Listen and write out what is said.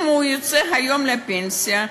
אם הוא יצא היום לפנסיה,